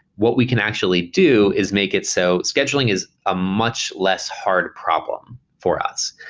what we can actually do is make it so scheduling is a much less hard problem for us,